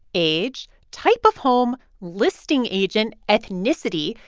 age, type of home, listing agent, ethnicity.